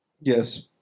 Yes